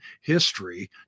history